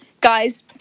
Guys